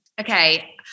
okay